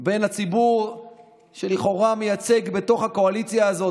בין הציבור שלכאורה מיוצג בתוך הקואליציה הזאת,